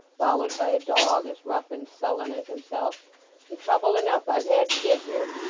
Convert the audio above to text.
followed by a dog, as rough and sullen as himself and trouble enough i've had to get here.